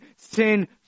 sin